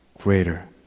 greater